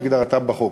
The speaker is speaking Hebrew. כהגדרתם בחוק.